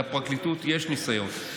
לפרקליטות יש ניסיון,